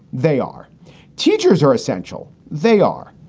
they are teachers are essential. they are.